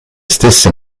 stesse